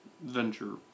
venture